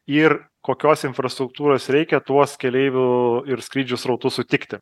ir kokios infrastruktūros reikia tuos keleivių ir skrydžių srautų sutikti